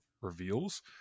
reveals